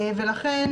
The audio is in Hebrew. לכן,